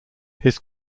his